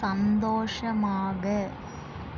சந்தோஷமாக